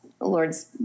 lord's